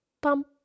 pump